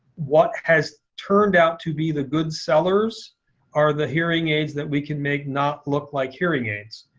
what has turned out to be the good sellers are the hearing aids that we can make not look like hearing aids.